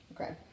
Okay